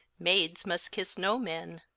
maydes must kisse no men,